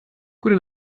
gute